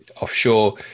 offshore